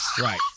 Right